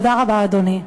תודה רבה, אדוני.